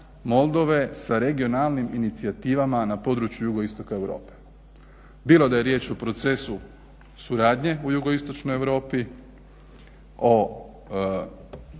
Moldove sa regionalnim inicijativama na području Jugoistoka Europe. Bilo da je riječ o procesu suradnje u Jugoistočnoj Europi, o